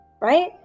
Right